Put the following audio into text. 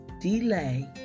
delay